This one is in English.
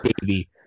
Baby